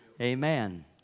Amen